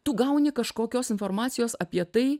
tu gauni kažkokios informacijos apie tai